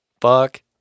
fuck